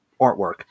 artwork